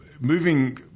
moving